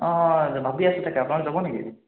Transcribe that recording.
অঁ অঁ ভাবি আছোঁ তাকে আপোনালোক যাব নেকি